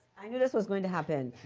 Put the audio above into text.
i knew this was going to happen.